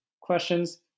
questions